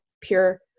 pure